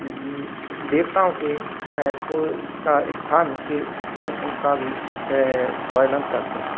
देवताओं के को का स्थान के का भी वर्णन करते हैं